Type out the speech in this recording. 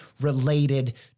related